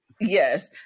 Yes